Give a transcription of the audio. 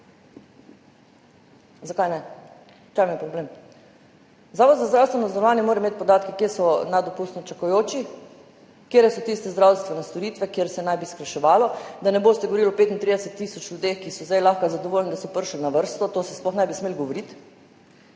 problem? Zavod za zdravstveno zavarovanje mora imeti podatke, kje so nedopustno čakajoči, katere so tiste zdravstvene storitve, kjer naj bi se skrajševalo. Da ne boste govorili o 35 tisoč ljudeh, ki so zdaj lahko zadovoljni, da so prišli na vrsto. Tega se sploh ne bi smelo govoriti.